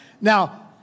Now